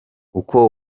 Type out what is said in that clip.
uko